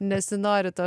nesinori to